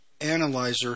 analyzer